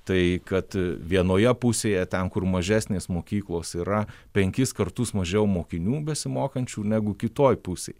tai kad vienoje pusėje ten kur mažesnės mokyklos yra penkis kartus mažiau mokinių besimokančių negu kitoj pusėj